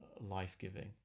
life-giving